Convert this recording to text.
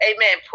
Amen